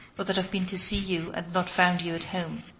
or that i've been to see you and not found you at home.